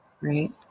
right